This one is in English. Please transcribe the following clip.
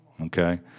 okay